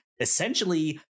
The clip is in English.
Essentially